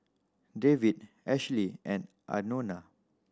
Dave Ashlea and Anona